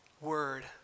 word